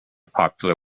popular